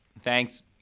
Thanks